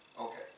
okay